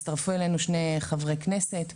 הצטרפו אלינו שלושה חברי כנסת.